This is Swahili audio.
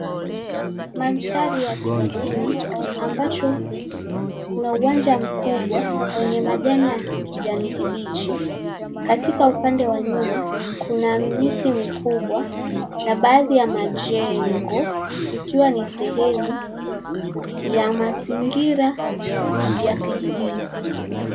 Mandari ya kijijini, ambacho kuna uwanja mkubwa wenye majani ya kijani kibichi. Katika upande wa nyuma, kuna miti mikubwa na baadhi ya majengo ikiwa ni sehemu ya mazingira ya kijijini.